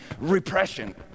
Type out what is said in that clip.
repression